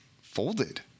folded